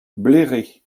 bléré